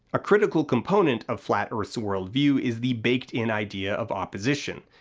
a critical component of flat earth's worldview is the baked-in idea of opposition.